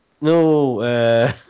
No